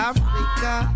Africa